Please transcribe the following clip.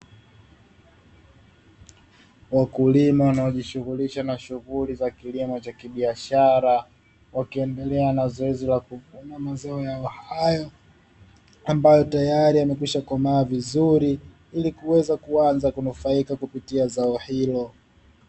Wakulima wanaojishughulisha na shughuli za kilimo cha kibiashara wakiendelea na zoezi la kukagua mazao yao hayo, ambayo tayari yamekwisha komaa vizuri ili kuweza kuanza kunufaika kupitia zao hilo.